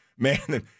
Man